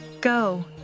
Go